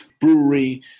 Brewery